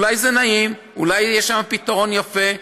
אולי זה נעים, אולי יש לנו פתרון יפה?